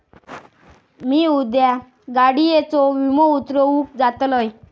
मी उद्या गाडीयेचो विमो उतरवूक जातलंय